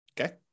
okay